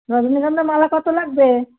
রজনীগন্ধা মালা কতো লাগবে